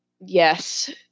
yes